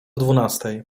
dwunastej